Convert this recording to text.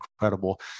incredible